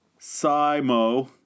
Simo